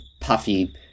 puffy